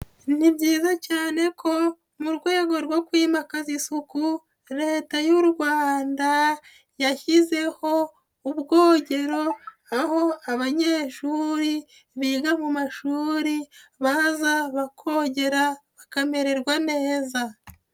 Ni byiza cyane ko mu rwego rwo kuyimakaza isuku, Leta y'u Rwanda, yashyizeho ubwogero, aho abanyeshuri biga mu mashuri, baza bakogera, bakamererwa neza.